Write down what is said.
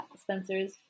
Spencer's